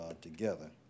together